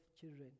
children